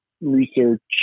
research